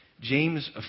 James